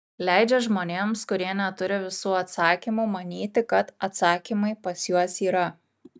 leidžia žmonėms kurie neturi visų atsakymų manyti kad atsakymai pas juos yra